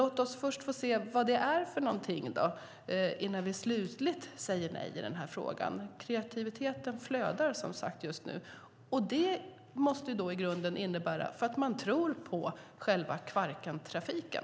Låt oss först se vad det är för någonting innan vi slutligt säger nej i frågan. Kreativiteten flödar just nu. Det måste innebära att man tror på själva Kvarkentrafiken.